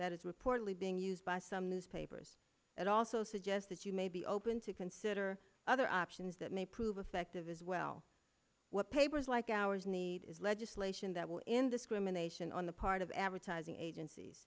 that is reportedly being used by some newspapers that also suggest that you may be open to consider other options that may prove effective as well what papers like ours need is legislation that will indiscrimination on the part of advertising agencies